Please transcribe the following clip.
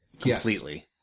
completely